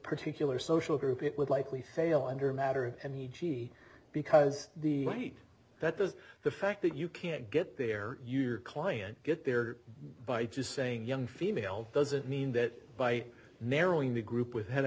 particular social group it would likely fail under matter and e g because the weight that does the fact that you can't get there your client get there by just saying young female doesn't mean that by narrowing the group with head of